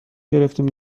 گرفتیم